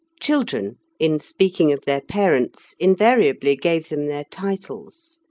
children, in speaking of their parents, invariably gave them their titles.